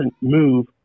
move